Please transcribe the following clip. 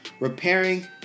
Repairing